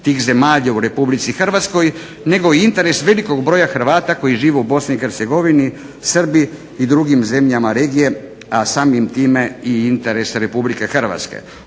tih zemalja u RH nego i interes velikog broja Hrvata koji žive u BiH, Srbiji i drugim zemljama regije, a samim time i interes RH. U Hrvatskoj